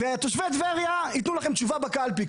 ותושבי טבריה ייתנו לכם תשובה בקלפי.